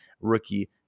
rookie